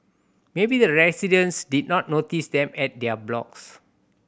maybe the residents did not notice them at their blocks